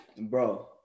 bro